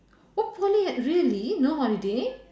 hopefully ah really no holiday